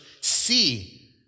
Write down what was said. see